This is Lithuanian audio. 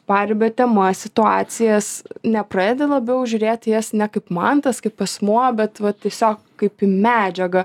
paribio temas situacijas nepradedi labiau žiūrėti į jas ne kaip mantas kaip asmuo bet va tiesiog kaip į medžiagą